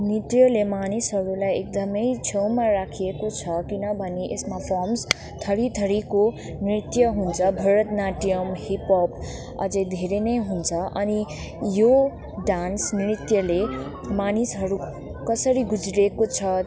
नृत्यले मानिसहरूलाई एकदमै छेउमा राखिएको छ किनभने यसमा फम्स थरिथरिको नृत्य हुन्छ भरत नाट्यम् हिपहप अझै धेरै नै हुन्छ अनि यो डान्स नृत्यले मानिसहरू कसरी गुज्रेको छ